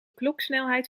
kloksnelheid